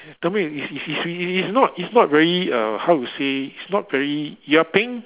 tell me it's it's it's r~ it's it's not it's not very err how to say it's not very you are paying